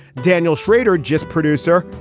daniel schrader, just producer,